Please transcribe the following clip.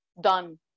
done